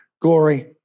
glory